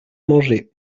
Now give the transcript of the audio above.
manger